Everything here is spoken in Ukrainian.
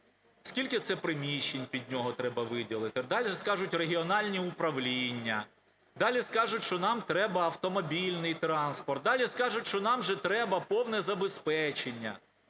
Скільки це приміщень під нього треба виділити? Далі скажуть регіональні управління. Далі скажуть, що нам треба автомобільний транспорт. Далі скажуть, що нам же треба повне забезпечення,